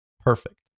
perfect